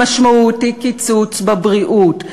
המשמעות היא קיצוץ בבריאות,